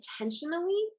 intentionally